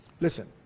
Listen